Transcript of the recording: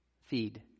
feed